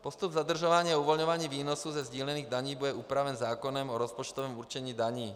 Postup zadržování a uvolňování výnosů ze sdílených daní bude upraven zákonem o rozpočtovém určení daní.